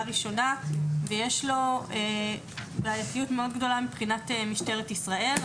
ראשונה ויש לו בעייתיות מאוד גדולה מבחינת משטרת ישראל.